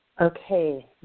Okay